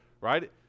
right